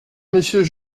monsieur